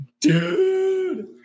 Dude